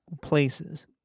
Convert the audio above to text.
places